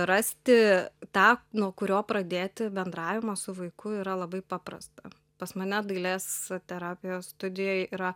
rasti tą nuo kurio pradėti bendravimą su vaiku yra labai paprasta pas mane dailės terapijos studijoj yra